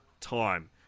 time